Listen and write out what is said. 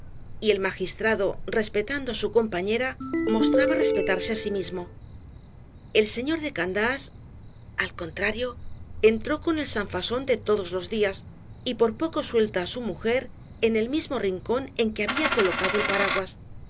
y el magistrado respetando á su compañera mostraba respetarse á sí mismo el señor de candás al contrario entró con el sanfasón de todos los días y por poco suelta á su mujer en el mismo rincón en que había colocado el paraguas